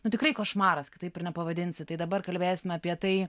nu tikrai košmaras kitaip ir nepavadinsi tai dabar kalbėsim apie tai